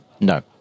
No